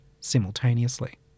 simultaneously